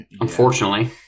unfortunately